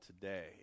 today